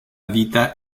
vita